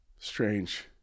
strange